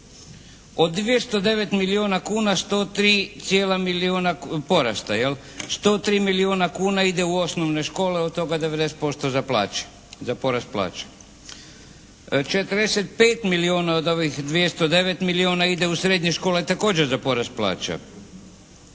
Od 209 milijuna kuna porasta 103 milijuna kuna ide u osnovne škole od toga 90% za plaće, za porast plaća. 45 milijuna od ovih 209 milijuna ide u srednje škole također za porast plaća.